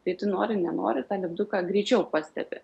tai tu nori nenori tą lipduką greičiau pastebi